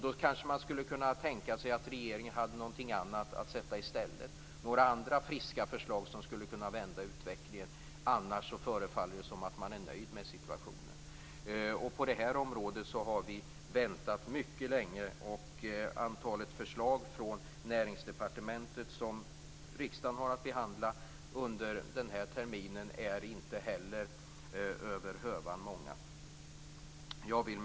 Då kanske regeringen har någonting annat att sätta i stället, några andra friska förslag som skulle kunna vända utvecklingen. Annars förefaller det som att man är nöjd med situationen. På det här området har vi väntat mycket länge. Antalet förslag från Näringsdepartementet som riksdagen har att behandla under den här terminen är inte heller över hövan många. Fru talman!